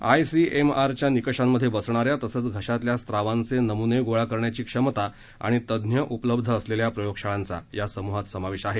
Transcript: ICMR च्या निकषांमध्ये बसणाऱ्या तसंच घशातल्या स्रावांचे नमुने गोळा करण्याची क्षमता आणि तज्ञ उपलब्ध असलेल्या प्रयोगशाळांचा या समुहात समावेश आहे